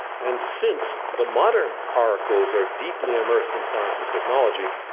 and since the modern oracles are deeply emerged in science and technology,